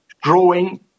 growing